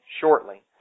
shortly